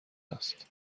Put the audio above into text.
است